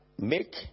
make